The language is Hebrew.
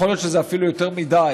יכול להיות שזה אפילו יותר מדי.